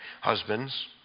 Husbands